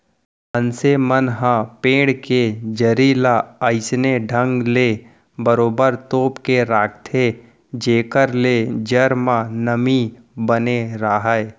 मनसे मन ह पेड़ के जरी ल अइसने ढंग ले बरोबर तोप के राखथे जेखर ले जर म नमी बने राहय